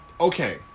Okay